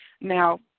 Now